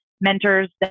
mentors